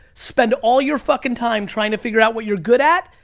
spend all your fucking time trying to figure out what you're good at.